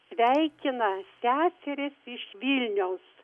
sveikina seserys iš vilniaus